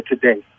today